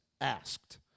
asked